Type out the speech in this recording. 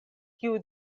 kiu